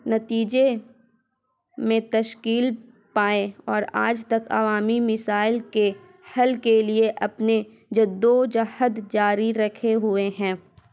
نتیجے میں تشکیل پائے اور آج تک عوامی مسائل کے حل کے لیے اپنے جدو جہد جاری رکھے ہوئے ہیں